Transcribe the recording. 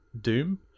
Doom